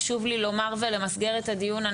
חשוב לי לומר ולמסגר את הדיון.